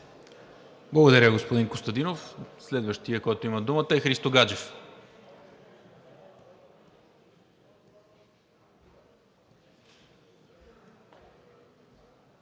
Благодаря, господин Костадинов. Следващият, който има думата, е Христо Гаджев.